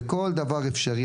בכל דבר אפשרי.